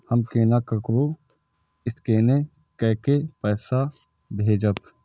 हम केना ककरो स्केने कैके पैसा भेजब?